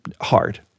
hard